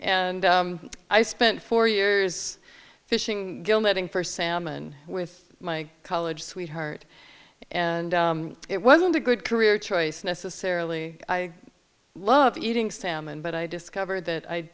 and i spent four years fishing for salmon with my college sweetheart and it wasn't a good career choice necessarily i love eating salmon but i discovered that i